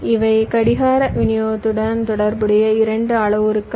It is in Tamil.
இவை கடிகார விநியோகத்துடன் தொடர்புடைய இரண்டு அளவுருக்கள்